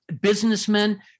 businessmen